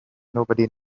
nobody